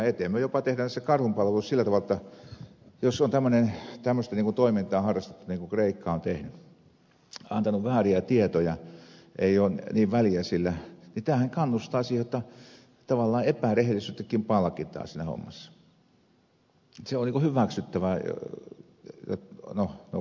me jopa teemme tässä karhunpalveluksen sillä tavalla jotta kun on tämmöistä toimintaa harrastettu kuin kreikka antanut vääriä tietoja niin ei ole väliä sillä ja tämähän kannustaa siihen jotta tavallaan epärehellisyyttäkin palkitaan siinä hommassa ja se on ikään kuin hyväksyttävää